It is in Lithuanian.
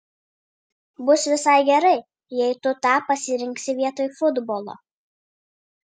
bus visai gerai jei tu tą pasirinksi vietoj futbolo